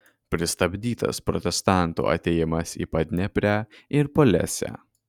pristabdytas protestantų atėjimas į padneprę ir polesę